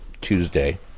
Tuesday